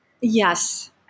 Yes